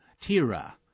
Tira